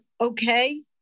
okay